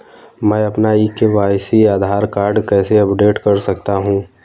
मैं अपना e KYC Aadhaar card कैसे अपडेट कर सकता हूँ?